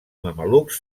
mamelucs